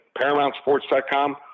ParamountSports.com